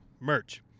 Merch